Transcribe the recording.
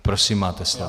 Prosím, máte slovo.